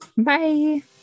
Bye